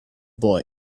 boy